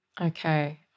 Okay